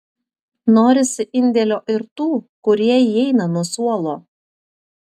norisi indėlio ir tų kurie įeina nuo suolo